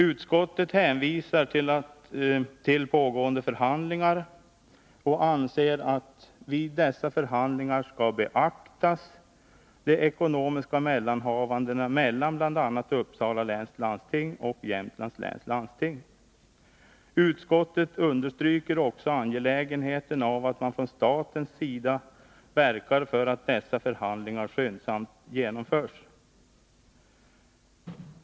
Utskottet hänvisar till pågående förhandlingar och anser att de ekonomiska mellanhavandena mellan bl.a. Uppsala läns landsting och Jämtlands läns landsting skall beaktas vid dessa förhandlingar. Utskottet understryker också angelägenheten av att man från statens sida verkar för att förhandlingarna skyndsamt genomförs.